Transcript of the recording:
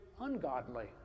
ungodly